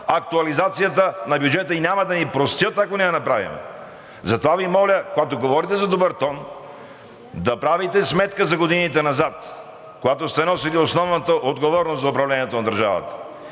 актуализацията на бюджета и няма да ни простят, ако не я направим. Затова Ви моля, когато говорите за добър тон, да правите сметка за годините назад, когато сте носили основната отговорност за управлението на държавата.